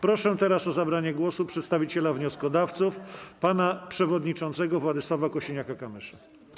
Proszę teraz o zabranie głosu przedstawiciela wnioskodawców pana przewodniczącego Władysława Kosiniaka-Kamysza.